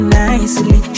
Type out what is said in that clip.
nicely